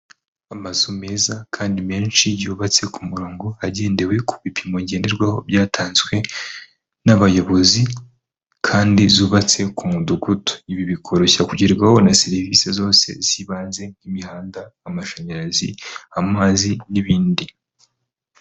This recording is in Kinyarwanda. Amazu meza kandi menshi, yubatse ku murongo, hagendewe ku bipimo ngenderwaho byatanzwe n'abayobozi kandi zubatse ku mudugudu. Ibi bikoroshya kugerwaho na serivisi zose z'ibanze nk'imihanda, amashanyarazi, amazi n'ibindi.